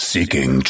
Seeking